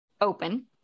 open